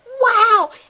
wow